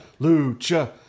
lucha